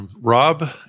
Rob